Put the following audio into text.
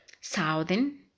Southern